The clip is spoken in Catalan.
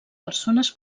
persones